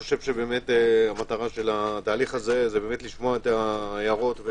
המטרה של התהליך הזה היא לשמוע את ההערות.